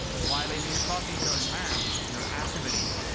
while in incognito in maps, your activity,